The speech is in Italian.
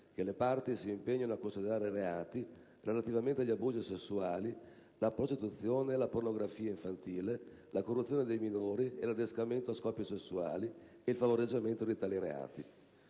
che le parti si impegnano a considerare reati, relativamente agli abusi sessuali, la prostituzione e la pornografia infantile, la corruzione di bambini e l'adescamento a scopi sessuali, il favoreggiamento di tali reati.